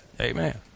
Amen